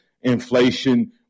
inflation